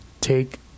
take